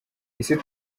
isi